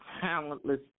talentless